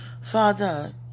Father